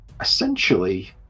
essentially